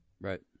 Right